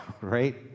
Right